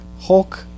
Hulk